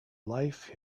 life